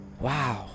Wow